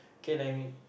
'kay lah I mean